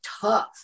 tough